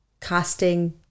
casting